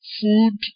Food